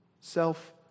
self